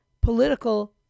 political